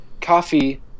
Coffee